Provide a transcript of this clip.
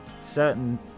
certain